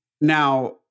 now